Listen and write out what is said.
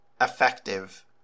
effective